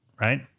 right